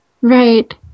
Right